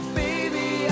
baby